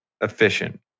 Efficient